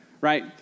right